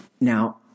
Now